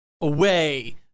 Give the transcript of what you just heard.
away